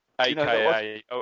Aka